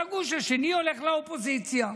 והגוש השני הלך לאופוזיציה.